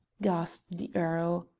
gasped the earl.